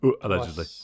allegedly